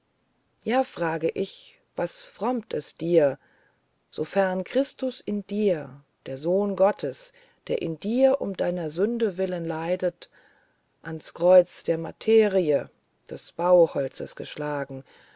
ja frage ich was frommte es dir wofern christus in dir der sohn gottes der in dir um deiner sünden willen leidet ans kreuz der materie des bauholzes geschlagen